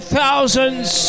thousands